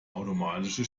automatische